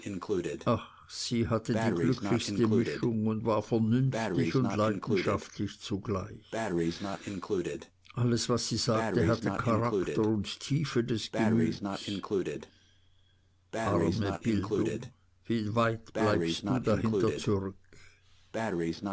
ach sie hatte die glücklichste mischung und war vernünftig und leidenschaftlich zugleich alles was sie sagte hatte charakter und tiefe des gemüts arme bildung wie weit bleibst du dahinter zurück